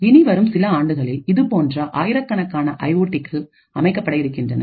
இனிவரும் சில ஆண்டுகளில் இதுபோன்ற ஆயிரக்கணக்கான ஐஓடிகல் அமைக்கப்பட இருக்கின்றன